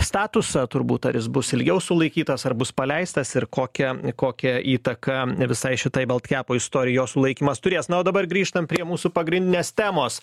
statusą turbūt ar jis bus ilgiau sulaikytas ar bus paleistas ir kokia kokią įtaką ne visai šitai baltkepo istorijos sulaikymas turės na o dabar grįžtam prie mūsų pagrindinės temos